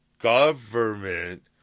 Government